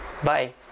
Bye